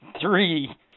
Three